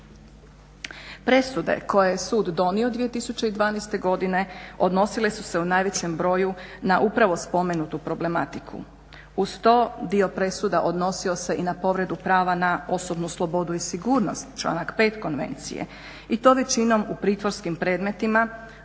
Presude koje je sud donio 2012. godine odnosile su se u najvećem broju na upravo spomenutu problematiku. Uz to dio presuda odnosio se i na povredu prava na osobnu slobodu i sigurnost, članak 5. Konvencije i to većinom u pritvorskim predmetima